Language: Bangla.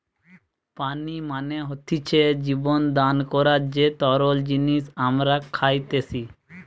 পানি মানে হতিছে জীবন দান করার যে তরল জিনিস আমরা খাইতেসি